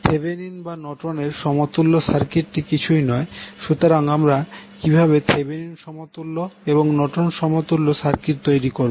Thevenin বা নর্টনের সমতুল্য সার্কিটটি কিছুই নয় সুতরাং আমরা কীভাবে থেভেনিন সমতুল্য এবং নর্টন সমতুল্য সার্কিট তৈরি করব